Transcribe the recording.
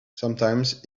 sometimes